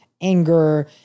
anger